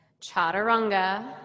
chaturanga